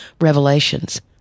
revelations